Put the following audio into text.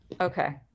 Okay